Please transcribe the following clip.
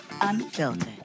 unfiltered